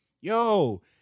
Yo